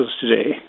today